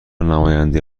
نماینده